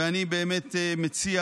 ואני מציע